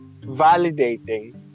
validating